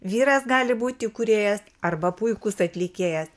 vyras gali būti kūrėjas arba puikus atlikėjas